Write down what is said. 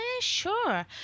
sure